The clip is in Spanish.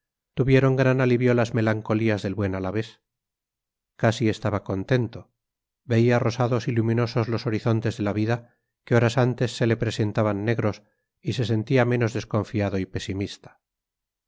tuvieron gran alivio las melancolías del buen alavés casi estaba contento veía rosados y luminosos los horizontes de la vida que horas antes se le presentaban negros y se sentía menos desconfiado y pesimista